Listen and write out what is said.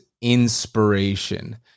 inspiration